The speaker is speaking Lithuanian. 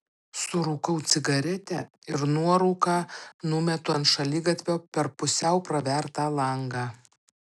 surūkau cigaretę ir nuorūką numetu ant šaligatvio per pusiau pravertą langą